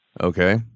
okay